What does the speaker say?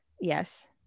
yes